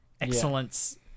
excellence